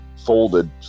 folded